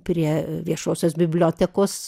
prie viešosios bibliotekos